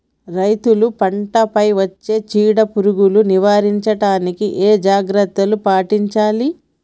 రైతులు పంట పై వచ్చే చీడ పురుగులు నివారించడానికి ఏ జాగ్రత్తలు పాటించాలి?